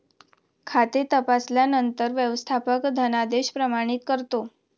खाते तपासल्यानंतर व्यवस्थापक धनादेश प्रमाणित करतो